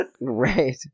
Right